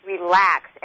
relax